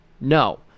No